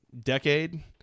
decade